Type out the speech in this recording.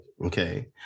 Okay